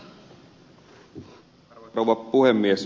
arvoisa rouva puhemies